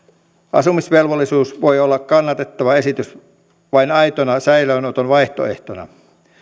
asumisvelvollisuus voi olla kannatettava esitys vain aitona säilöönoton vaihtoehtona